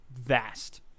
vast